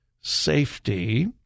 safety